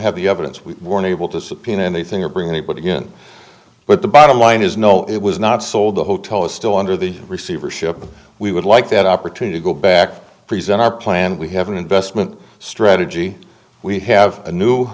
have the evidence we weren't able to subpoena anything or bring anybody in but the bottom line is no it was not sold the hotel is still under the receivership and we would like that opportunity to go back to present our plan we have an investment strategy we have a new